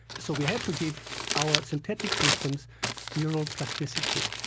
so we have to give our synthetic systems neuroplasticity.